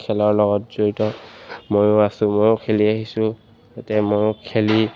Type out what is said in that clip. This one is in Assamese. খেলৰ লগত জড়িত ময়ো আছোঁ ময়ো খেলি আহিছোঁ যাতে ময়ো খেলি